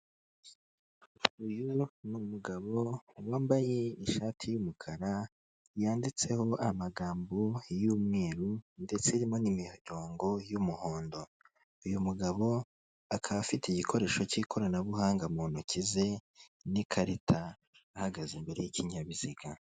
Uyu n'umugabo wambaye ishati y'umukara yanditseho amagambo yu'mweru ndetse harimo n'imirongo y'umuhondo, uyu mugabo akaba afite igikoresho cy'ikoranabuhanga mu ntoki ze n'ikarita ahagaze imbere y'ikinyabiziga,